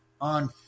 on